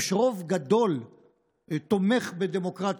שרוב גדול תומך בדמוקרטיה,